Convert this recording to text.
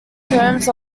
terms